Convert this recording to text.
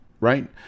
right